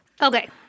Okay